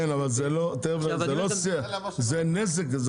אבל זה לא סיום פעילות, זה נזק.